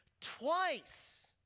twice